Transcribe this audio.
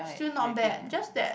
still not bad just that